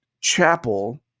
chapel